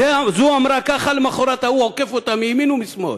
זו אמרה ככה, למחרת ההוא עוקף אותה מימין ומשמאל,